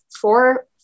four